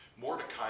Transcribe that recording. Mordecai